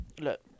look